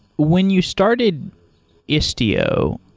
when you started istio,